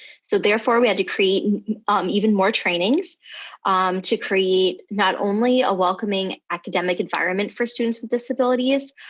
so therefore, we had to create and um even more trainings to create not only a welcoming academic environment for students with disabilities,